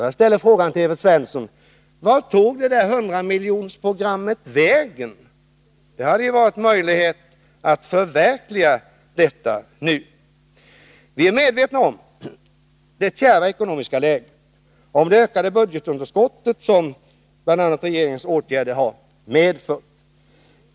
Jag frågar Evert Svensson: Vart tog det programmet vägen? Nu hade ni ju haft möjligheter att förverkliga detta. Vi är medvetna om det kärva ekonomiska läget och om det ökade budgetunderskott som regeringens åtgärder har medfört.